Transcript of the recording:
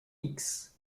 hicks